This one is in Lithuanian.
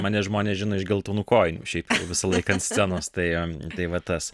mane žmonės žino iš geltonų kojinių šiaip visą laiką ant scenos tai tai va tas